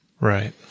Right